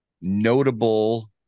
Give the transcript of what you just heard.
Notable